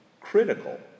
critical